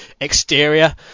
exterior